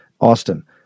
Austin